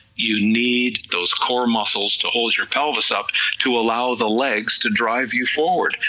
you need those core muscles to hold your pelvis up to allow the legs to drive you forward,